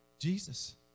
Jesus